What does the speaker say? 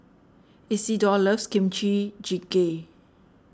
Isidor loves Kimchi Jjigae